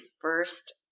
first